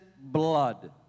blood